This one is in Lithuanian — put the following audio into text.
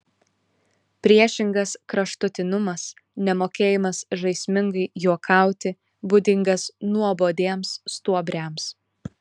priešingas kraštutinumas nemokėjimas žaismingai juokauti būdingas nuobodiems stuobriams